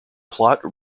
platte